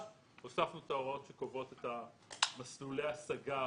והוספנו את ההוראות שקובעות את מסלולי ההשגה,